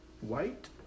White